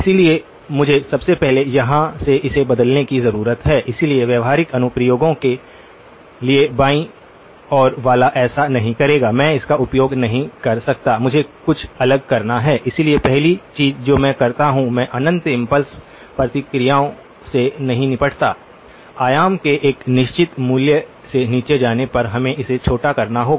इसलिए मुझे सबसे पहले यहां से इसे बदलने की जरूरत है इसलिए व्यावहारिक अनुप्रयोगों के लिए बाईं ओर वाला ऐसा नहीं करेगा मैं इसका उपयोग नहीं कर सकता मुझे कुछ अलग करना है इसलिए पहली चीज जो मैं करता हूंमैं अनंत इम्पल्स प्रतिक्रियाओं से नहीं निपटता आयाम के एक निश्चित मूल्य से नीचे जाने पर हमें इसे छोटा करना होगा